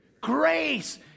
Grace